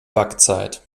backzeit